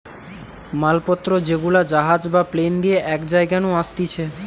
মাল পত্র যেগুলা জাহাজ বা প্লেন দিয়ে এক জায়গা নু আসতিছে